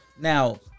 Now